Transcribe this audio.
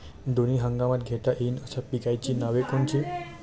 दोनी हंगामात घेता येईन अशा पिकाइची नावं कोनची?